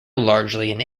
largely